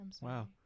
Wow